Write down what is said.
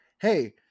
hey